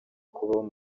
kubaho